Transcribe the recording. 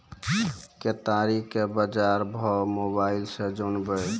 केताड़ी के बाजार भाव मोबाइल से जानवे?